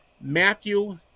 Matthew